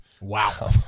Wow